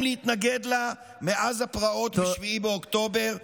להתנגד לה מאז הפרעות ב-7 באוקטובר.